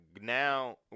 now